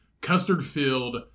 custard-filled